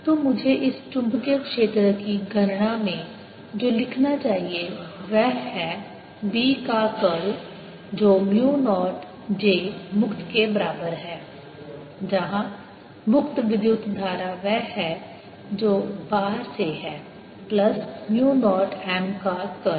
तो मुझे इस चुंबकीय क्षेत्र की गणना में जो लिखना चाहिए वह है B का कर्ल जो म्यू नॉट j मुक्त के बराबर है जहाँ मुक्त विद्युत धारा वह है जो बाहर से है प्लस म्यू नॉट M का कर्ल